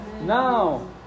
Now